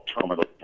terminal